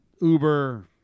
Uber